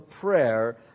prayer